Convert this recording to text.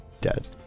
dead